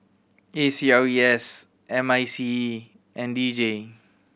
A C R E S M I C E and D J